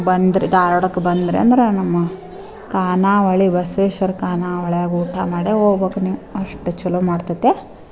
ಬಂದ್ರೆ ಧಾರ್ವಾಡಕ್ಕೆ ಬಂದಿರಿ ಅಂದ್ರೆ ನಮ್ಮ ಖಾನಾವಳಿ ಬಸ್ವೇಶ್ವರ ಖಾನಾವಳ್ಯಾಗೆ ಊಟ ಮಾಡೇ ಹೋಬಕ್ ನೀವು ಅಷ್ಟು ಚೊಲೋ ಮಾಡ್ತದೆ